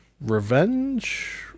revenge